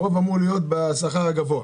הרוב אמור להיות בשכר הגבוה,